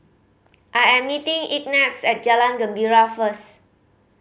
I am meeting Ignatz at Jalan Gembira first